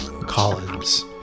Collins